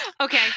okay